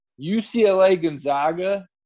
UCLA-Gonzaga